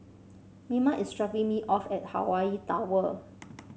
Mima is dropping me off at Hawaii Tower